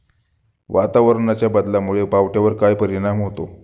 वातावरणाच्या बदलामुळे पावट्यावर काय परिणाम होतो?